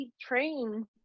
train